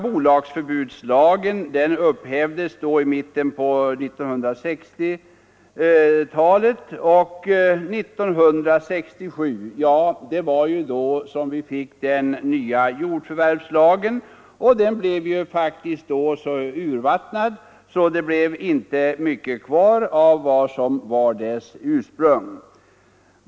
Bolagsförbudslagen upphävdes i mitten av 1960-talet, och 1967 fick vi den nya jordförvärvslagen. Men den blev faktiskt så urvattnad att det inte blev mycket kvar av ursprunget.